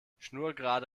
schnurgerade